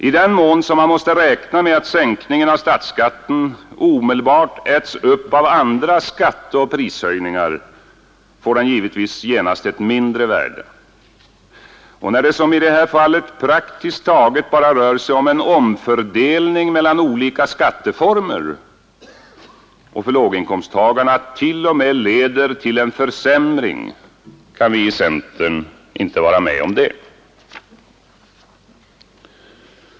I den mån som man måste räkna med att sänkningen av statsskatten omedelbart äts upp av andra skatteoch prishöjningar får den givetvis genast ett mindre värde. När det som i det här fallet praktiskt taget bara rör sig om en omfördelning mellan olika skatteformer och för låginkomsttagarna t.o.m. leder till en försämring kan vi i centern inte vara med om det.